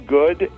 good